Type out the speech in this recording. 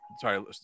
sorry